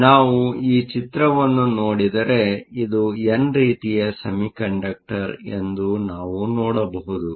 ಆದ್ದರಿಂದ ನಾವು ಈ ಚಿತ್ರವನ್ನು ನೋಡಿದರೆ ಇದು ಎನ್ ರೀತಿಯ ಸೆಮಿಕಂಡಕ್ಟರ್ ಎಂದು ನಾವು ನೋಡಬಹುದು